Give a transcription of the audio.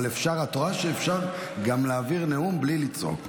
אבל את רואה שאפשר להעביר נאום בלי לצעוק.